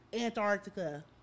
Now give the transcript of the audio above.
Antarctica